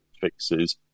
fixes